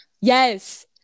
Yes